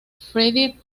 freddie